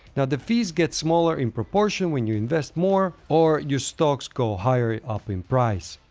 now, the fees get smaller in proportion when you invest more or your stocks go higher up in price.